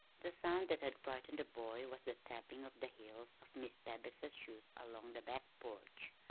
the sound that had frightened the boy was the tapping of the heels of miss tabitha's shoes along the back porch.